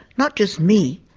not just me.